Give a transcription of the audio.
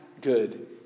good